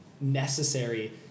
necessary